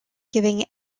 giving